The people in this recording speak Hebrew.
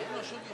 התשע"ה 2015,